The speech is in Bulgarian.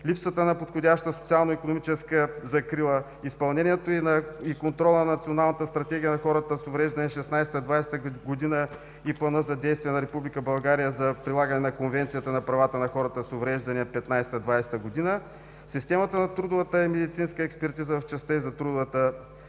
липсата на подходяща социално-икономическа закрила, изпълнението и контрола на Националната стратегия на хората с увреждания 2016 – 2010 г. и Планът за действие на Република България за прилагане на Конвенцията за правата на хората с увреждания 2015 – 2020 г., системата на трудовата и медицинска експертиза в частта й за трудовата експертиза